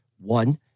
One